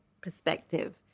perspective